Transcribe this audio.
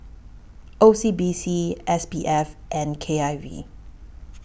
O C B C S P F and K I V